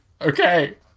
okay